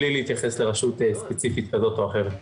בלי להתייחס לרשות ספציפית כזאת או אחרת.